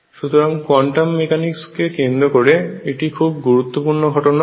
সুতরাং কোয়ান্টাম মেকানিক্সকে কেন্দ্র করে এটি একটি খুব গুরুত্বপূর্ণ ঘটনা